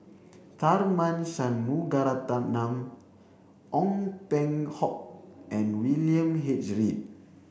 Tharman Shanmugaratnam Ong Peng Hock and William H Read